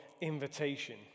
invitation